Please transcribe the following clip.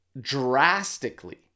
drastically